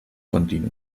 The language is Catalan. continu